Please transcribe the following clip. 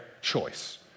choice